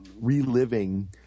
reliving